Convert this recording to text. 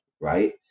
right